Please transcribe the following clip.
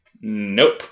nope